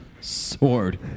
Sword